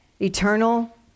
eternal